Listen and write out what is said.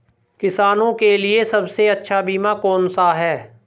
किसानों के लिए सबसे अच्छा बीमा कौन सा है?